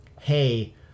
hey